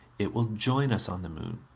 it will join us on the moon.